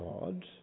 God